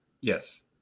yes